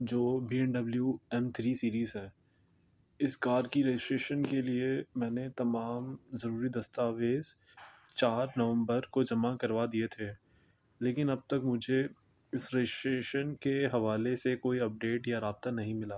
جو B M W M three series ہے اس کار کی رجسٹریشن کے لیے میں نے تمام ضروری دستاویز چار نومبر کو جمع کروا دیے تھے لیکن اب تک مجھے اس رجسٹریشن کے حوالے سے کوئی اپڈیٹ یا رابطہ نہیں ملا